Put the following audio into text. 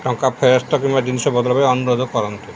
ଟଙ୍କା ଫେରସ୍ତ କିମ୍ବା ଜିନିଷ ବଦଲ କରନ୍ତୁ